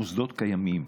המוסדות קיימים.